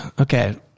Okay